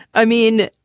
i mean,